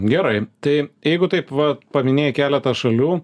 gerai tai jeigu taip va paminėjai keletą šalių